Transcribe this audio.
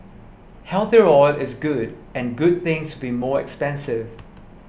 healthier oil is good and good things be more expensive